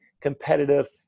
competitive